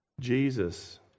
Jesus